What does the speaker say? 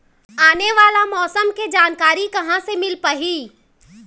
आने वाला मौसम के जानकारी कहां से मिल पाही?